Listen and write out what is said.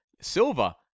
Silva